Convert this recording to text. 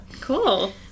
cool